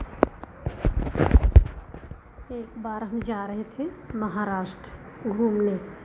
एक बार हम जा रहे थे महाराष्ट्र घूमने